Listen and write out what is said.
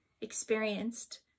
experienced